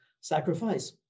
sacrifice